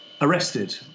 arrested